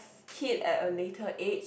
kid at a later age